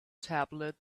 tablet